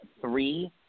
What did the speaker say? three